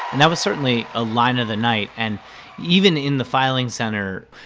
and that was certainly a line of the night. and even in the filing center,